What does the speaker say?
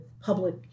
public